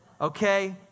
Okay